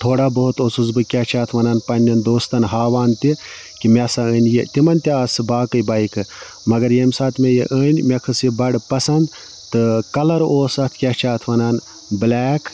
تھوڑا بہت اوسُس بہٕ کیٛاہ چھِ اَتھ وَنان پَنٛنٮ۪ن دوسَتن ہاوان تہِ کہِ مےٚ ہسا أنۍ یہِ تِمَن تہِ آسہٕ باقٕے بایکہٕ مگر ییٚمہِ ساتہٕ مےٚ یہِ أنۍ مےٚ کھٔژ یہِ بَڑٕ پسنٛد تہٕ کَلَر اوس اَتھ کیٛاہ چھِ اَتھ وَنان بٕلیک